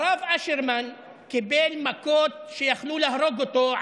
הרב אשרמן קיבל מכות שיכלו להרוג אותו,